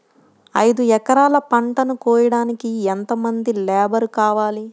ఐదు ఎకరాల పంటను కోయడానికి యెంత మంది లేబరు కావాలి?